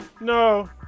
No